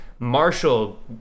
Marshall